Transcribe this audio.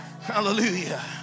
Hallelujah